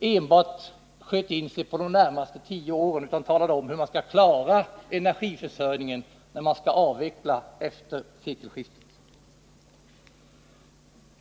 enbart sköt in sig på de närmaste tio åren. Tala om hur ni skall klara energiförsörjningen när ni skall avveckla efter sekelskiftet!